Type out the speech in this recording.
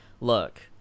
look